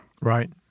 Right